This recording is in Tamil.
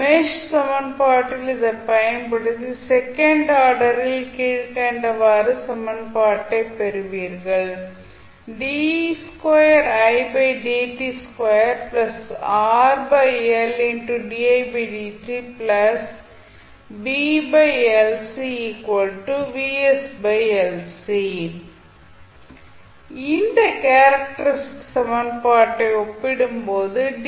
மேஷ் சமன்பாட்டில் இதைப் பயன்படுத்தி செகண்ட் ஆர்டரில் கீழ்க்கண்டவாறு சமன்பாட்டைப் பெறுவீர்கள் இந்த கேரக்டரிஸ்டிக் சமன்பாட்டை ஒப்பிடும்போது டி